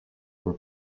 were